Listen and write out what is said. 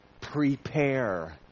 prepare